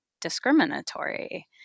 discriminatory